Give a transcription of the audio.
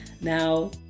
now